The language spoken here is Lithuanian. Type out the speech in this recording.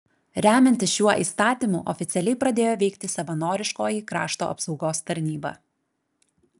remiantis šiuo įstatymu oficialiai pradėjo veikti savanoriškoji krašto apsaugos tarnyba